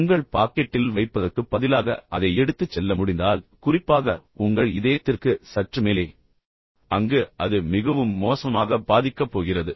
உங்கள் பாக்கெட்டில் வைப்பதற்குப் பதிலாக அதை எடுத்துச் செல்ல முடிந்தால் குறிப்பாக உங்கள் இதயத்திற்கு சற்று மேலே அங்கு அது மிகவும் மோசமாக பாதிக்கப் போகிறது